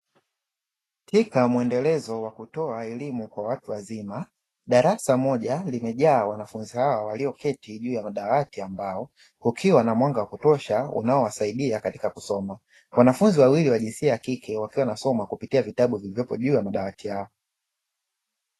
Katika mwendelezo wa kutoa elimu kwa watu wazima darasa moja limejaa wanafunzi walioketi juu madawati ya mbao, kukiwa na mwanga wa kutosha unaowasaidia katika kusoma. Wanafunzi wawili wa jinsia ya kike wanasoma kupitia vitabu vilivyopo juu ya madawati yao.